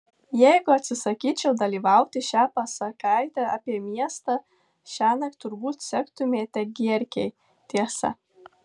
jeigu atsisakyčiau dalyvauti šią pasakaitę apie miestą šiąnakt turbūt sektumėte gierkei tiesa